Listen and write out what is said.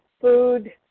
food